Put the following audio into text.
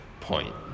point